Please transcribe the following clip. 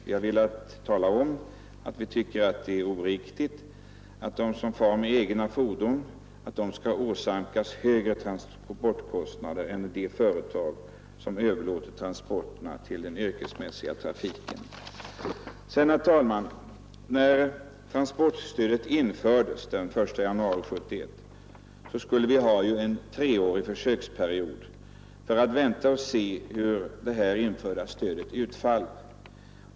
Vi har velat framhålla att vi tycker det är riktigt att de som använder egna fordon inte skall åsamkas högre transportkostnader än de företag som överlåter transporterna till den yrkesmässiga trafiken. När transportstödet infördes den 1 januari 1971 föreskrevs en treårig försöksperiod för att se hur det införda stödet skulle utfalla.